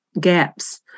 gaps